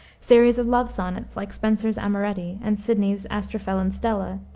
series of love sonnets, like spenser's amoretti and sidney's astrophel and stella,